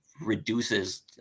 reduces